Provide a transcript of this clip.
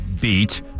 beat